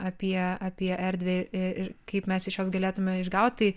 apie apie erdvę ir kaip mes iš jos galėtume išgaut tai